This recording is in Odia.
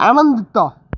ଆନନ୍ଦିତ